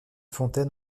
fontaine